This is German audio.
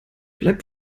bleib